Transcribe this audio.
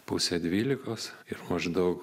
pusę dvylikos ir maždaug